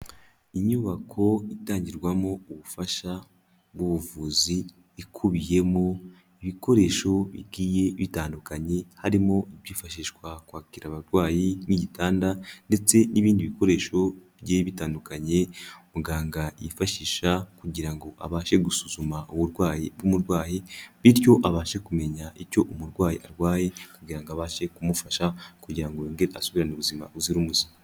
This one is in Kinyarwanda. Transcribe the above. Inyubako itangirwamo ubufasha, ubuvuzi ikubiyemo ibikoresho bigiye bitandukanye harimo ibyifashishwa kwakira abarwayi nk'igitanda ndetse n'ibindi bikoresho bigiye bitandukanye muganga yifashisha kugira ngo abashe gusuzuma uburwayi bw'umurwayi bityo abashe kumenya icyo umurwayi arwaye kugirango ngo abashe kumufasha kugira ngo yongere asubirane ubuzima buzira umuze.